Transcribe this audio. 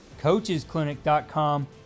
CoachesClinic.com